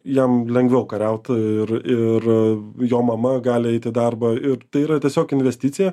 jam lengviau kariaut ir ir jo mama gali eiti į darbą ir tai yra tiesiog investicija